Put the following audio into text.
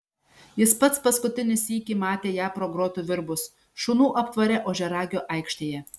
jis pats paskutinį sykį matė ją pro grotų virbus šunų aptvare ožiaragio aikštėje